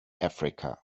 africa